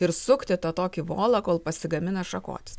ir sukti tą tokį volą kol pasigamina šakotis